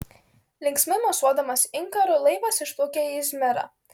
linksmai mosuodamas inkaru laivas išplaukė į izmirą